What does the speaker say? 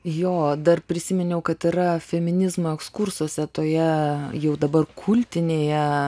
jo dar prisiminiau kad yra feminizmo ekskursuose toje jau dabar kultinėje